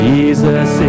Jesus